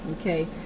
Okay